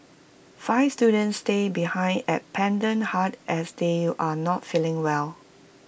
five students stay behind at Pendant hut as they are not feeling well